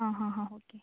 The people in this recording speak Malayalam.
ആ ഹാ ഹാ ഓക്കെ